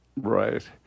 Right